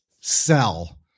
sell